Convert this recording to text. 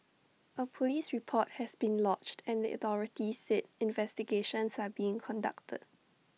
A Police report has been lodged and the authorities said investigations are being conducted